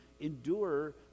endure